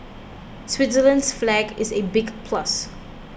Switzerland's flag is a big plus